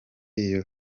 iyo